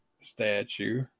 statue